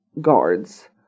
guards